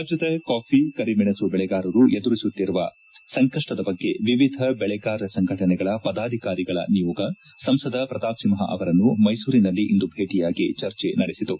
ರಾಜ್ಯದ ಕಾಫಿ ಕರಿಮೆಣಸು ಬೆಳೆಗಾರರು ಎದುರಿಸುತ್ತಿರುವ ಸಂಕಷ್ಟದ ಬಗ್ಗೆ ವಿವಿಧ ಬೆಳೆಗಾರ ಸಂಘಟನೆಗಳ ಪದಾಧಿಕಾರಿಗಳ ನಿಯೋಗ ಸಂಸದ ಪ್ರತಾಪ್ ಸಿಂಪ ಅವರನ್ನು ಮೈಸೂರಿನಲ್ಲಿ ಇಂದು ಭೇಟಿಯಾಗಿ ಚರ್ಚೆ ನಡೆಸಿತು